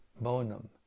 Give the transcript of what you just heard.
bonum